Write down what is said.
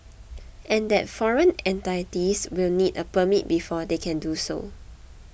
and that foreign entities will need a permit before they can do so